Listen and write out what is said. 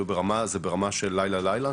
זה דבר חשוב ביותר.